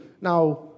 Now